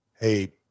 hey